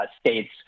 states